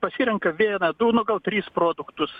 pasirenka vieną du nu gal tris produktus